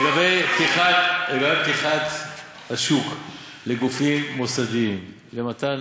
לגבי פתיחת השוק לגופים מוסדיים למתן